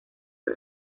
bei